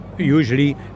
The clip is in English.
usually